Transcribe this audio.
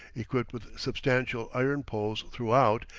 equipped with substantial iron poles throughout,